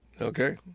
Okay